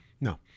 No